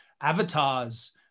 avatars